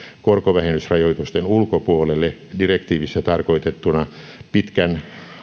korkovähennysrajoitusten ulkopuolelle direktiivissä tarkoitettuna pitkän